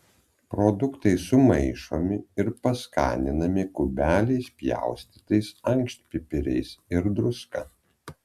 produktai sumaišomi ir paskaninami kubeliais pjaustytais ankštpipiriais ir druska